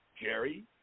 Jerry